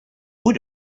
would